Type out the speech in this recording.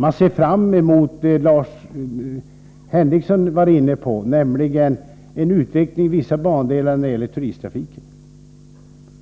Man ser fram emot det som Sven Henricsson var inne på, nämligen en utveckling av vissa bandelar när det gäller turisttrafiken.